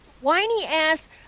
Whiny-ass